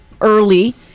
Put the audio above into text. early